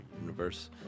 universe